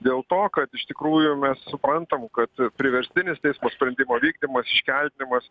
dėl to kad iš tikrųjų mes suprantam kad priverstinis teismo sprendimo vykdymas iškeldinimas